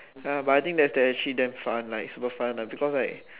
ya but I think that's actually damn fun like super fun ah because like